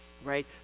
right